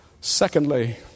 Secondly